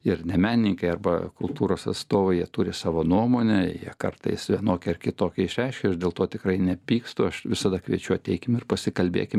ir ne menininkai arba kultūros atstovai jie turi savo nuomonę jie kartais vienokią ar kitokią išreiškia aš dėl to tikrai nepykstu aš visada kviečiu ateikim ir pasikalbėkim